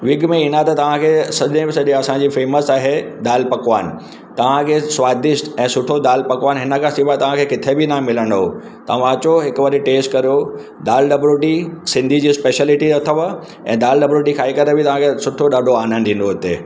wig में ईंदा त तव्हां खे सॼे में सॼा असांजी फेमस आहे दाल पकवान तव्हांखे स्वादिष्ट ऐं सुठो दाल पकवान हिनखां सवाइ तव्हां खे किथे बि न मिलंदो तव्हां अचो हिकु वारी टेस्ट करो दाल डबरोटी सिंधी जो स्पेश्लिटी अथव ऐं दाल डबरोटी खाई करे बि तव्हां खे सुठो ॾाढो आनंदु ईंदो हिते